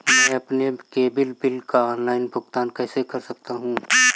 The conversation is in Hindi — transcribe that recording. मैं अपने केबल बिल का ऑनलाइन भुगतान कैसे कर सकता हूं?